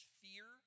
fear